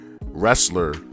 wrestler